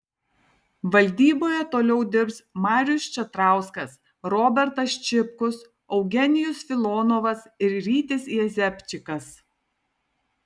valdyboje toliau dirbs marius čatrauskas robertas čipkus eugenijus filonovas ir rytis jezepčikas